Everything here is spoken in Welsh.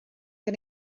gen